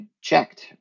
checked